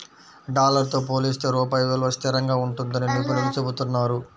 dollar తో పోలిస్తే రూపాయి విలువ స్థిరంగా ఉంటుందని నిపుణులు చెబుతున్నారు